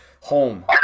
home